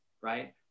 right